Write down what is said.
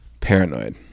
Paranoid